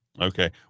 Okay